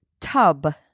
Tub